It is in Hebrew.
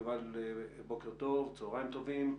יובל, בוקר טוב וצוהריים טובים.